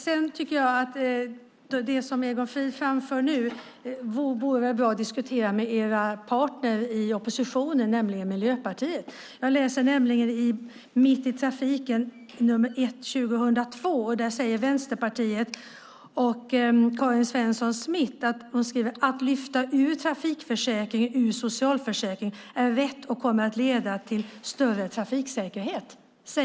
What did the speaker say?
Det som Egon Frid framför nu borde ni diskutera med era partner i oppositionen, nämligen Miljöpartiet. Jag läser i Mitt i Trafiken nr 1 2002. Där säger Karin Svensson Smith: Att lyfta ut trafikförsäkringen ur socialförsäkringen är rätt och kommer att leda till större trafiksäkerhet.